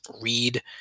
read